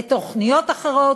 לתוכניות אחרות?